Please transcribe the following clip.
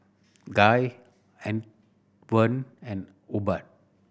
Guy Antwon and Hubbard